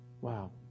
Wow